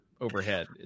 overhead